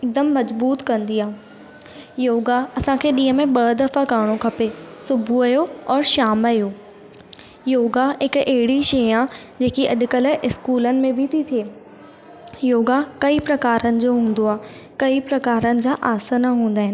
हिकदमि मज़बूत कंदी आहे योगा असांखे ॾींहं में ॿ दफ़ा करिणो खपे सुबुह जो और शाम जो योगा हिक अहिड़ी शइ आहे जेकी अॾकल्ह स्कूलनि में बि थी थिए योगा कई प्रकारनि जो हूंदो आहे कई प्रकारनि जा आसन हूंदा आहिनि